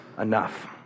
enough